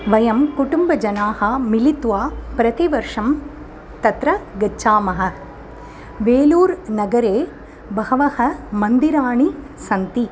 वयं कुटुम्बजनाः मिलित्वा प्रतिवर्षं तत्र गच्छामः वेलूरनगरे बहवः मन्दिराणि सन्ति